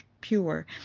pure